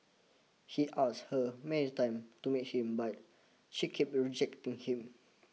he asked her many time to meet him but she keep rejecting him